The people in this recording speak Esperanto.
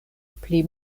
pli